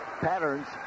patterns